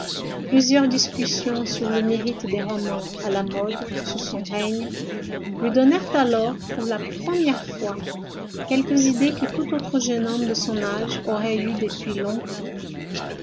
plusieurs discussions sur le mérite des romans à la mode sous son règne lui donnèrent alors pour la première fois quelques idées que tout autre jeune homme de son âge aurait eues depuis longtemps